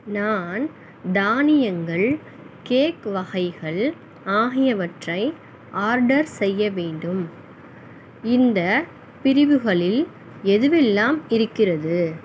நான் தானியங்கள் கேக் வகைகள் ஆகியவற்றை ஆர்டர் செய்ய வேண்டும் இந்த பிரிவுகளில் எதுவெல்லாம் இருக்கிறது